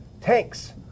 Tanks